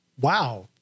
wow